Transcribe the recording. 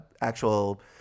actual